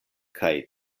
kaj